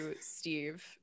Steve